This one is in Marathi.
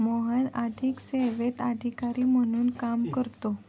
मोहन आर्थिक सेवेत अधिकारी म्हणून काम करतो